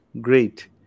Great